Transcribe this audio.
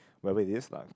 whatever it is lah